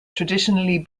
traditionally